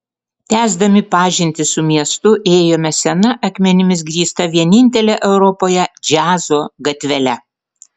tęsdami pažintį su miestu ėjome sena akmenimis grįsta vienintele europoje džiazo gatvele